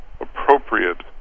appropriate